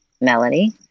melody